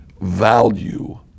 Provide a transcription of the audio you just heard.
value